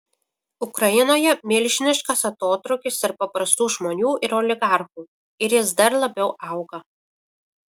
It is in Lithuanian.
ukrainoje milžiniškas atotrūkis tarp paprastų žmonių ir oligarchų ir jis dar labiau auga